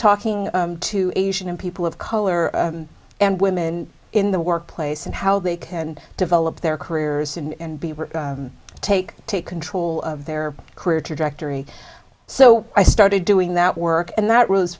talking to asian and people of color and women in the workplace and how they can develop their careers and be take take control of their career trajectory so i started doing that work and that was